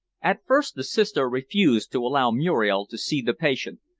at first the sister refused to allow muriel to see the patient,